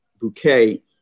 bouquet